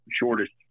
shortest